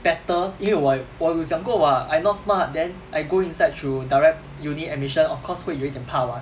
better 因为我我有讲过 [what] I not smart then I go inside through direct uni admission of course 会有一点怕 [what]